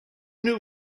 new